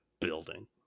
building